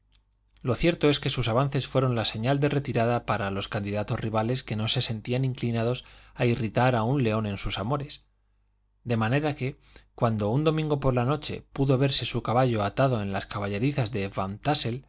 lo cierto es que sus avances fueron la señal de retirada para los candidatos rivales que no se sentían inclinados a irritar a un león en sus amores de manera que cuando un domingo por la noche pudo verse su caballo atado en las caballerizas de